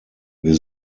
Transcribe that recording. wir